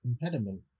impediment